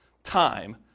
time